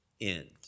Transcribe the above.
end